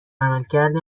عملکرد